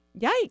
Yikes